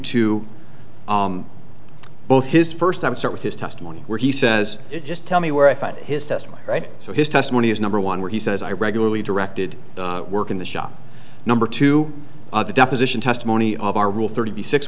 to both his first time start with his testimony where he says just tell me where i find his testimony right so his testimony is number one where he says i regularly directed work in the shop number two the deposition testimony of our rule thirty six